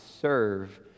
serve